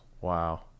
Wow